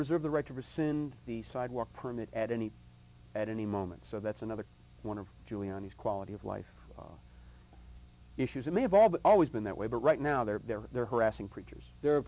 reserve the right to rescind the sidewalk permit at any at any moment so that's another one of giuliani's quality of life issues and they have all but always been that way but right now they're they're they're harassing creatures they're